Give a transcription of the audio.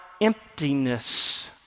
emptiness